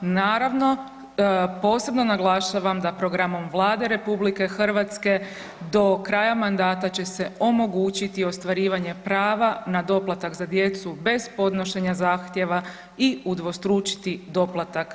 Naravno, posebno naglašavam da programom Vlade RH do kraja mandata će se omogućiti ostvarivanje prava na doplatak za djecu bez podnošenje zahtjeva i udvostručiti doplatak za djecu.